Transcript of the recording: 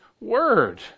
word